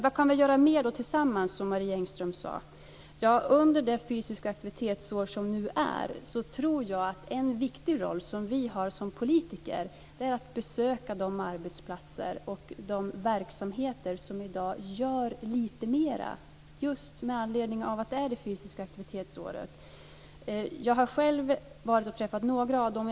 Vad kan vi göra mer tillsammans, som Marie Engström sade. Under det fysiska aktivitetsår som nu är tror jag att en viktig roll som vi har som politiker är att besöka de arbetsplatser och de verksamheter som i dag gör lite mera, just med anledning av att det är det fysiska aktivitetsåret. Jag har själv varit och träffat några av dem.